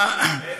ב-1991.